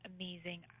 amazing